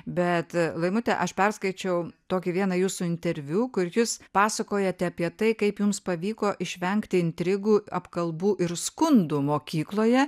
bet laimute aš perskaičiau tokį vieną jūsų interviu kur jūs pasakojate apie tai kaip jums pavyko išvengti intrigų apkalbų ir skundų mokykloje